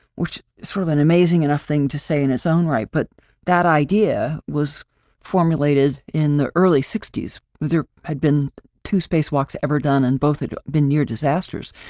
which sort of an amazing enough thing to say in its own right. but that idea was formulated in the early sixty s, there had been two spacewalks ever done and both had been near disasters.